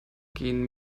gehen